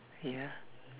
ya